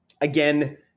Again